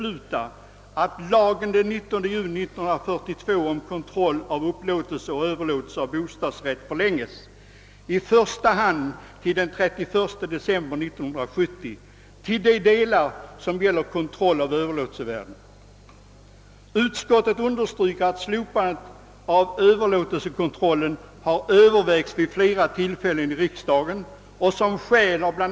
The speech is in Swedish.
Utskottet understryker att slopande av Ööverlåtelsekontrollen har övervägts vid flera tillfällen i riksdagen. Som skäl har bla.